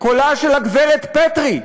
קולה של הגברת פטרי,